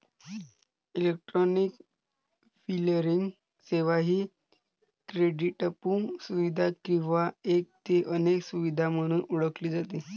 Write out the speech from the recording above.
electronic clearing सेवा ही क्रेडिटपू सुविधा किंवा एक ते अनेक सुविधा म्हणून ओळखली जाते